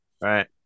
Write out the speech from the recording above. right